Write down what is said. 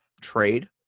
trade